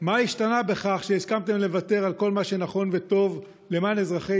מה השתנה בכך שהסכמתם לוותר על כל מה שנכון וטוב למען אזרחי